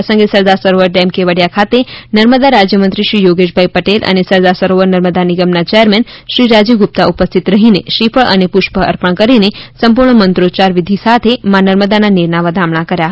આ પ્રસંગે સરદાર સરોવર ડેમ કેવડિયા ખાતે નર્મદા રાજ્ય મંત્રીશ્રી યોગેશભાઇ પટેલ અને સરદાર સરોવર નર્મદા નિગમના ચેરમેન શ્રી રાજીવ ગુપ્તા ઉપસ્થિત રહીને શ્રીફળ અને પુષ્પ અર્પણ કરીને સંપૂર્ણ મંત્રોચ્યાર વિધિ સાથે મા નર્મદાના નીરના વધામણાં કર્યા હતા